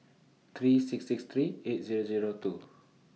three six six three eight Zero Zero two